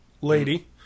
lady